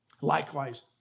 Likewise